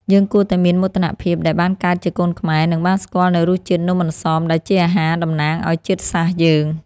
យើងគួរតែមានមោទនភាពដែលបានកើតជាកូនខ្មែរ និង បានស្គាល់នូវរសជាតិនំអន្សមដែលជាអាហារតំណាងឱ្យជាតិសាសន៍យើង។